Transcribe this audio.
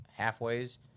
halfways